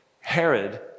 Herod